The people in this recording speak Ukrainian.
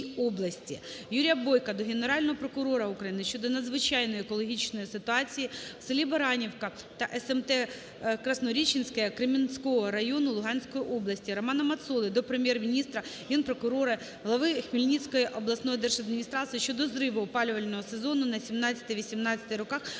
Юрія Бойка до Генерального прокурора України щодо надзвичайної екологічної ситуації у селі Бараниківка та смт. Красноріченське Кремінського району Луганської області. Романа Мацоли до Прем'єр-міністра, Генпрокурора України, голови Хмельницької обласної державної адміністрації щодо зриву опалювального сезону на 2017-2018 роках в місті